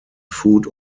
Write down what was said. food